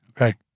Okay